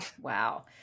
Wow